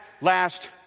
last